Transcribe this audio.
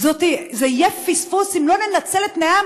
זה יהיה פספוס אם לא ננצל את תנאי